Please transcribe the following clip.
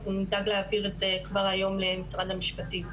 ואנחנו נדאג להעביר את זה כבר היום למשרד המשפטים.